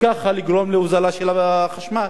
וכך לגרום להוזלה של החשמל,